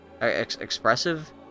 expressive